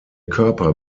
körper